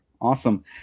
Awesome